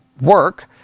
work